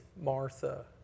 Martha